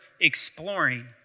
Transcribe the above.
exploring